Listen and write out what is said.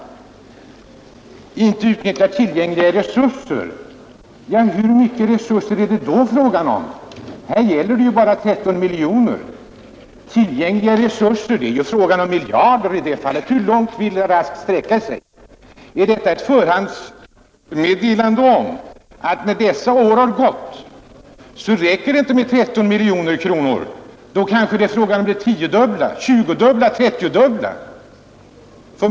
Inte utnyttja tillgängliga resurser — ja, hur mycket resurser är det då fråga om? Här gäller det bara 13 miljoner. Tillgängliga resurser är ju miljarder. Hur långt vill herr Rask sträcka sig? Är detta ett förhandsmeddelande om att när dessa år har gått räcker det inte med 13 miljoner kronor, utan då kanske det är fråga om det 10-dubbla, 20-dubbla, 30-dubbla?